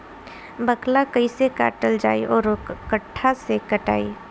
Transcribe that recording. बाकला कईसे काटल जाई औरो कट्ठा से कटाई?